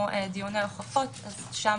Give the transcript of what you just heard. כמו דיוני נוכחות גם שם